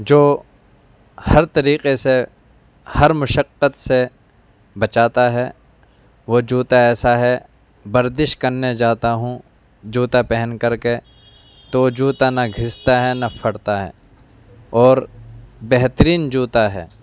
جو ہر طریقے سے ہر مشقت سے بچاتا ہے وہ جوتا ایسا ہے ورزش کرنے جاتا ہوں جوتا پہن کر کے تو جوتا نہ گھستا ہے نہ پھٹتا ہے اور بہترین جوتا ہے